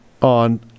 On